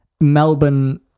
Melbourne